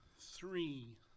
three